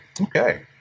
Okay